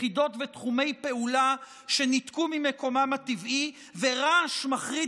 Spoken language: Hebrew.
יחידות ותחומי פעולה שניתקו ממקומם הטבעי ורעש מחריד